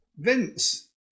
Vince